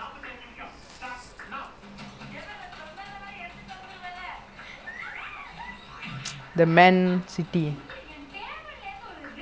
but then like felix legit like I think today legit you felix and kishore and then the other guy also the you know this guy cousin not the man city shirt ya